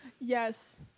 Yes